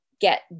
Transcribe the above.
get